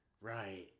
Right